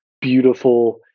beautiful